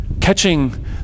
catching